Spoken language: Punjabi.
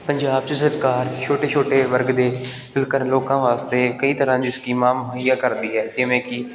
ਪੰਜਾਬ 'ਚ ਸਰਕਾਰ ਛੋਟੇ ਛੋਟੇ ਵਰਗ ਦੇ ਜੇਕਰ ਲੋਕਾਂ ਵਾਸਤੇ ਕਈ ਤਰ੍ਹਾਂ ਦੀ ਸਕੀਮਾਂ ਮੁਹੱਈਆ ਕਰਦੀ ਹੈ ਜਿਵੇਂ ਕਿ